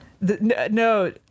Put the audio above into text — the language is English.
No